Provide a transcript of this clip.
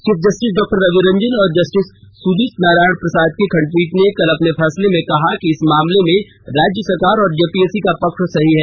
chief justice डॉ रवि रंजन और justice Sujit Narayan Prasad की खंडपीठ ने कल अपने फैसले में कहा कि इस मामले में राज्य सरकार और जेपीएससी का पक्ष सही है